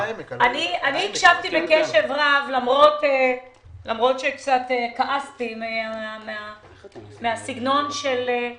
הקשבתי בקשב רב, למרות שקצת כעסתי על הסגנון ועל